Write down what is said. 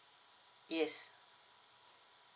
yes